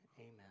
Amen